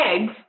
eggs